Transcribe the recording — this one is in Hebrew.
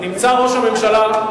נמצא ראש הממשלה,